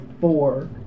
four